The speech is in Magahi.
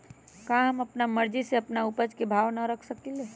का हम अपना मर्जी से अपना उपज के भाव न रख सकींले?